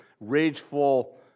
rageful